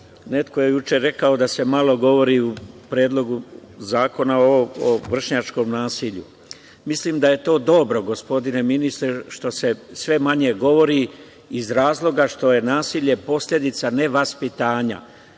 neko je juče rekao da se malo govori u predlogu zakona o vršnjačkom nasilju. Mislim da je to dobro, gospodine ministre, što se sve manje govori iz razloga što je nasilje posledica nevaspitanja.